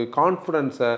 confidence